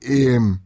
em